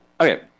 Okay